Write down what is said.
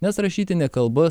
nes rašytinė kalba